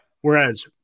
Whereas